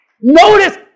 Notice